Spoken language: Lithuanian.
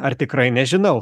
ar tikrai nežinau